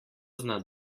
zna